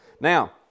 Now